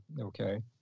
okay